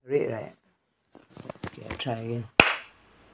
red right okay I try again